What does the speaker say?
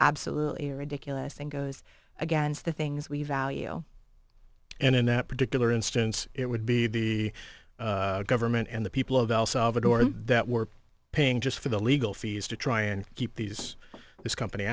absolutely ridiculous and goes against the things we value and in that particular instance it would be the government and the people of el salvador that we're paying just for the legal fees to try and keep these this company